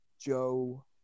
Joe